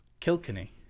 Kilkenny